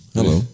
Hello